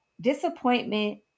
disappointment